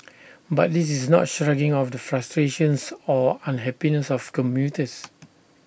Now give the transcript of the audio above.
but this is not shrugging off the frustrations or unhappiness of commuters